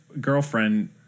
girlfriend